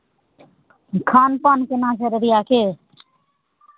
खान पान केना छै अररियाके